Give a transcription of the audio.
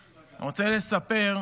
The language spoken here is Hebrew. אני רוצה לספר: